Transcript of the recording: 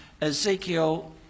Ezekiel